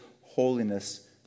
holiness